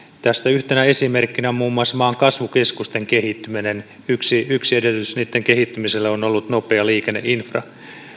tästä yhtenä esimerkkinä on muun muuassa maan kasvukeskusten kehittyminen yksi yksi edellytys niiden kehittymiselle on ollut nopea liikenneinfra